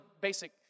basic